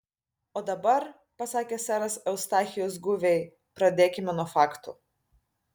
o dabar pasakė seras eustachijus guviai pradėkime nuo faktų